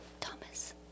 Thomas